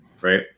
Right